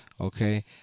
Okay